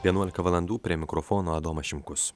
vienuolika valandų prie mikrofono adomas šimkus